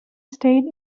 state